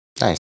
Nice